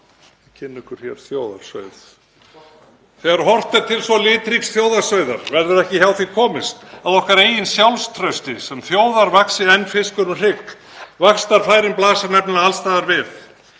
Þegar horft er til svo litríks þjóðarsauðar verður ekki hjá því komist að okkar eigin sjálfstrausti sem þjóðar vaxi enn fiskur um hrygg, vaxtarfærin blasa nefnilega alls staðar við.